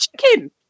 chicken